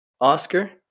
Oscar